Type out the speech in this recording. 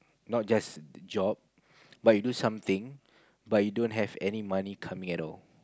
not just job but you do something but you don't have any money come in at all